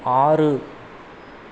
ஆறு